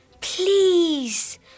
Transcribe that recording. Please